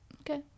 Okay